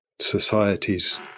societies